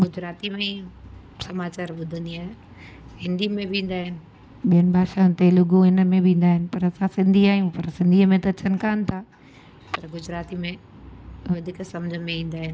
गुजराती में ई समाचार ॿुधंदी आहियां हिंदी में बि ईंदा आहिनि ॿियनि भाषा तेलगु इन में बि ईंदा आहिनि पर असां सिंधी आहियूं पर सिंधीअ में त अचनि कोन था पर गुजराती में वधीक सम्झ में ईंदा आहिनि